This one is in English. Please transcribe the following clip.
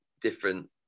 different